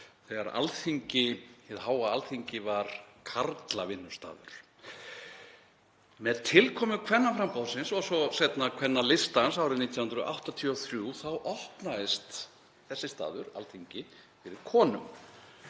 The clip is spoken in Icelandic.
þegar hið háa Alþingi var karlavinnustaður. Með tilkomu Kvennaframboðsins og seinna Kvennalistans árið 1983 opnaðist þessi staður, Alþingi, fyrir konum.